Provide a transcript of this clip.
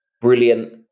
Brilliant